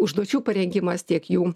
užduočių parengimas tiek jų